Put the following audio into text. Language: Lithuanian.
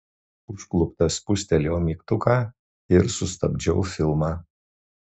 užkluptas spustelėjau mygtuką ir sustabdžiau filmą